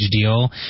deal